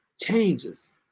changes